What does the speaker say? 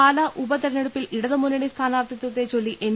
പാല ഉപതെരഞ്ഞെടുപ്പിൽ ഇടതു മുന്നണി സ്ഥാനാർഥിത്വത്തെ ചൊ ല്ലി എൻ